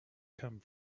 come